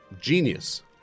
Genius